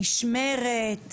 נשמרת,